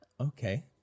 Okay